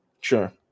Sure